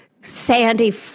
sandy